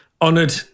honored